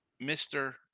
Mr